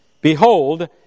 Behold